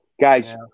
guys